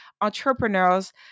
entrepreneurs